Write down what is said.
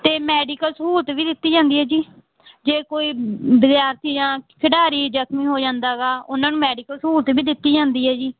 ਅਤੇ ਮੈਡੀਕਲ ਸਹੂਲਤ ਵੀ ਦਿੱਤੀ ਜਾਂਦੀ ਹੈ ਜੀ ਜੇ ਕੋਈ ਵਿਦਿਆਰਥੀ ਜਾਂ ਖਿਡਾਰੀ ਜਖਮੀ ਹੋ ਜਾਂਦਾ ਗਾ ਉਹਨਾਂ ਨੂੰ ਮੈਡੀਕਲ ਸਹੂਲਤ ਵੀ ਦਿੱਤੀ ਜਾਂਦੀ ਹੈ ਜੀ